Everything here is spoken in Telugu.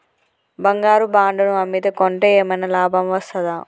బంగారు బాండు ను అమ్మితే కొంటే ఏమైనా లాభం వస్తదా?